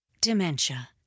dementia